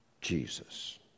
Jesus